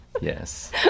Yes